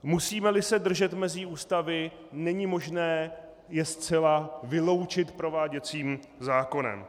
Musímeli se držet mezí Ústavy, není možné je zcela vyloučit prováděcím zákonem.